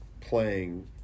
playing